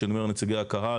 כשאני אומר נציגי הקהל,